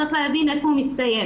צריך להבין איפה הוא מסתיים.